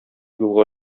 юлга